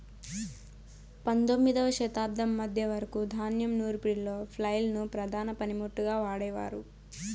పందొమ్మిదవ శతాబ్దం మధ్య వరకు ధాన్యం నూర్పిడిలో ఫ్లైల్ ను ప్రధాన పనిముట్టుగా వాడేవారు